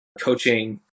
coaching